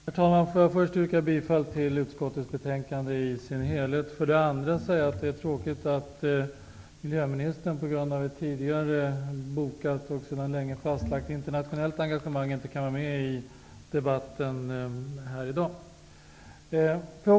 Herr talman! Jag vill först yrka bifall till utskottets hemställan i sin helhet. För det andra vill jag säga att jag tycker att det är tråkigt att miljöministern på grund av ett tidigare bokat och sedan länge fastlagt internationellt engagemang inte kan delta i debatten här i dag.